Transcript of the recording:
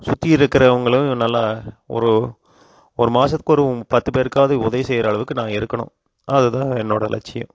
சுற்றி இருக்கிறவுங்களும் நல்லா ஒரு ஒரு மாதத்துக்கு ஒரு பத்து பேருக்காவது உதவி செய்கிற அளவுக்கு நான் இருக்கணும் அது தான் என்னோடய லட்சியம்